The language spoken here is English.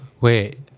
Wait